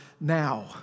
now